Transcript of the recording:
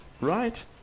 Right